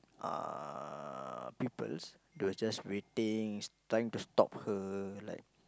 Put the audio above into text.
uh peoples they were just waiting trying to stop her like